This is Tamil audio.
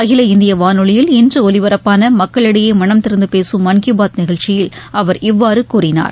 அகில இந்திய வானொலியில் இன்று ஒலிபரப்பான மக்களிடையே மனந்திறந்து பேசும் மன்கி பாத் நிகழ்ச்சியில் அவர் இவ்வாறு கூறினார்